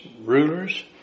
rulers